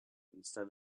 instead